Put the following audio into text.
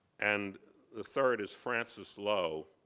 and the third is francis lowe,